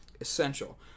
essential